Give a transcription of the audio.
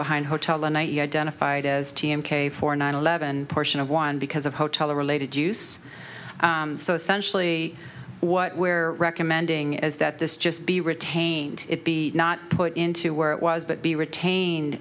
behind hotel the night you identified as t m k for nine eleven portion of one because of hotel related use so essentially what where recommending is that this just be retained it be not put into where it was but be retained